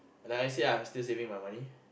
like I said I'm still saving my money